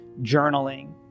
journaling